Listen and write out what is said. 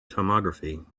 tomography